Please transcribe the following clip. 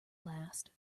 last